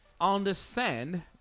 understand